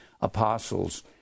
apostles